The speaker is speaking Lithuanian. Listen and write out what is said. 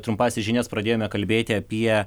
trumpąsias žinias pradėjome kalbėti apie